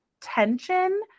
tension